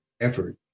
effort